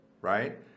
right